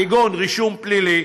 כגון רישום פלילי,